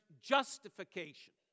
justification